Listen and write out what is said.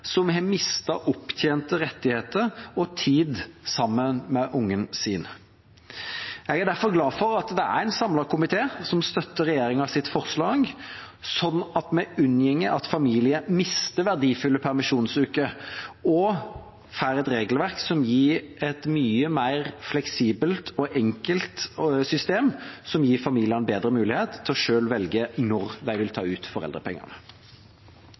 som har mistet opptjente rettigheter og tid sammen med ungen sin. Jeg er derfor glad for at det er en samlet komité som støtter regjeringas forslag, sånn at vi unngår at familier mister verdifulle permisjonsuker, og får et regelverk som gir et mye mer fleksibelt og enkelt system som gir familiene bedre mulighet til selv å velge når de vil ta ut foreldrepengene.